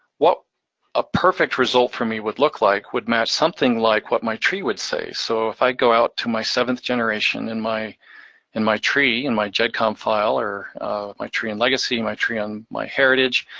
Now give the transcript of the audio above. what a perfect result for me would look like, would match something like what my tree would say. so, if i go out to my seventh generation and in my tree in my gedcom file, or my tree in legacy, my tree on myheritage,